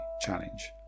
challenge